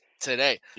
Today